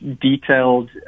detailed